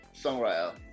songwriter